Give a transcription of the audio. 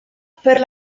per